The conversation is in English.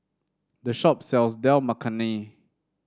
this shop sells Dal Makhani